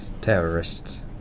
terrorists